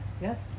yes